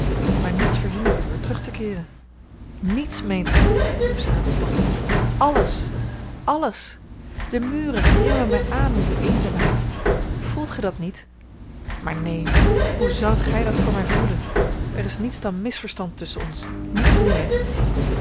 maar niets verhindert u er terug te keeren niets meent gij riep zij hartstochtelijk alles alles de muren grimmen mij aan in die eenzaamheid voelt gij dat niet maar neen hoe zoudt gij dat voor mij voelen er is niets dan misverstand tusschen ons niets meer